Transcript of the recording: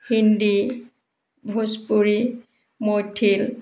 Hindi Bhojpuri Maithil